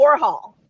Warhol